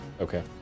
Okay